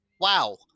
wow